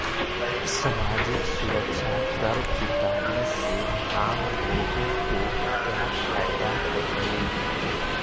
सामाजिक सुरक्षा कर चुकाने से आम लोगों को क्या फायदा होतइ